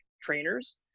trainers